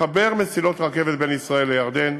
לחבר מסילות רכבת בין ישראל לירדן,